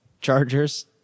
Chargers